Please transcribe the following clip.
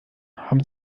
haben